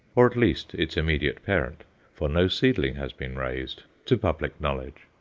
or at least its immediate parent for no seedling has been raised to public knowledge.